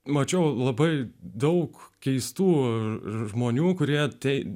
mačiau labai daug keistų žmonių kurie tai